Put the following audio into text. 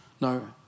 No